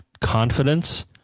confidence